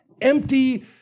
empty